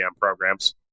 programs